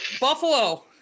Buffalo